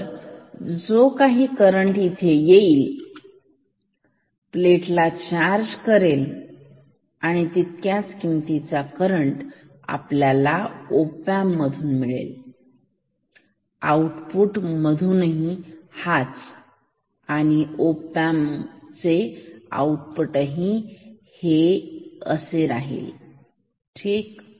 तर जो काही करंट इथे येईल प्लेट ला चार्ज करेल आणि तितक्याच किमतीचा करंट आपल्याला ओपॅम्प मधून मिळेल आउटपुट मधूनही हाच आणि ओपॅम्प चे आउटपुट हे असे राहील ठीक